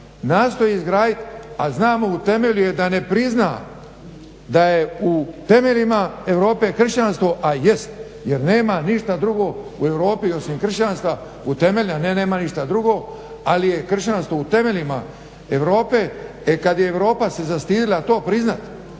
nastoji izgraditi, a znamo u temelju je da ne prizna, da je u temeljima Europe kršćanstvo a jest jer nema ništa drugo u Europi osim kršćanstva utemeljeno. Ne nema ništa drugo, ali je kršćanstvo u temeljima Europe. E kad je Europa se zastidila to priznat,